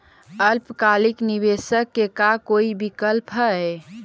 अल्पकालिक निवेश के का कोई विकल्प है?